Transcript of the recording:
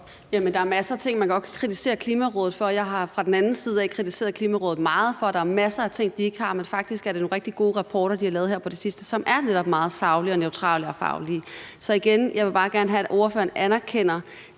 der er masser af ting, man godt kan kritisere Klimarådet for. Jeg har fra den anden side også kritiseret Klimarådet meget for, at der er masser af ting, de ikke har, men faktisk er det nogle rigtig gode rapporter, de har lavet her på det sidste, som netop er meget saglige, neutrale og faglige. Så jeg vil igen bare gerne have, at ordføreren anerkender,